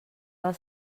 del